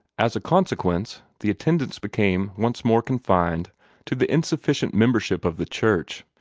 as a consequence, the attendance became once more confined to the insufficient membership of the church,